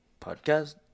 Podcast